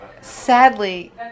Sadly